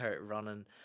running